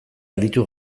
aritu